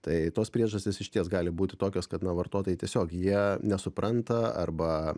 tai tos priežastys išties gali būti tokios kad na vartotojai tiesiog jie nesupranta arba